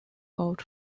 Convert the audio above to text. out